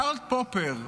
קרל פופר,